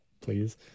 please